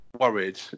worried